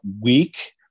week